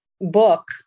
book